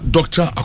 Doctor